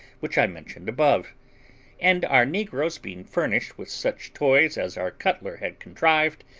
which i mentioned above and our negroes, being furnished with such toys as our cutler had contrived,